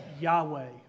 Yahweh